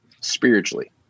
spiritually